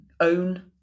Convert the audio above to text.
own